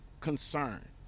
concern